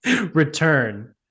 return